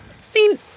seen